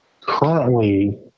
currently